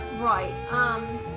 Right